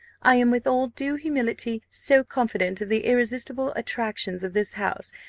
i am, with all due humility, so confident of the irresistible attractions of this house,